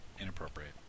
Inappropriate